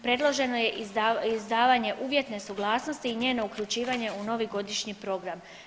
Predloženo je izdavanje uvjetne suglasnosti i njeno uključivanje u novi godišnji program.